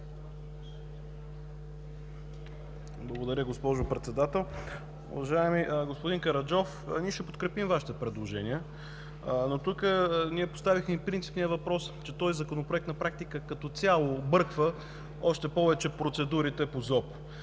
Благодаря, госпожо Председател. Уважаеми господин Караджов, ние ще подкрепим Вашите предложения, но тук ние поставихме и принципния въпрос, че този Законопроект на практика като цяло обърква още повече процедурите по ЗОП.